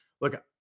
look